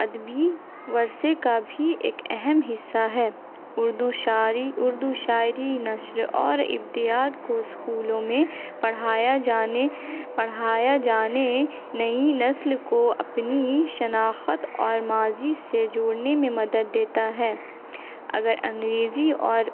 ادبی ورثے کا بھی ایک اہم حصہ ہے اردو شاعری اردو شاعری نثر اور ادبیات کو اسکولوں میں پڑھایا جانے پڑھایا جانے نئی نسل کو اپنی شناخت اور ماضی سے جوڑنے میں مدد دیتا ہے اگر انگریزی اور